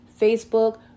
facebook